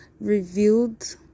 revealed